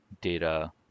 data